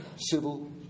civil